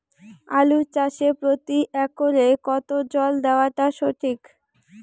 আলু চাষে প্রতি একরে কতো জল দেওয়া টা ঠিক?